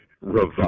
Revive